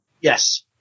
Yes